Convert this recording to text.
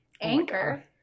Anchor